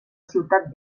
ciutat